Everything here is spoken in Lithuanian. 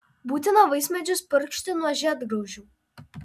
būtina vaismedžius purkšti nuo žiedgraužių